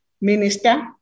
minister